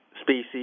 species